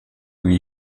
wie